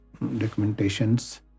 documentations